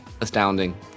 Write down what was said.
astounding